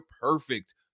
perfect